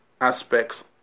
aspects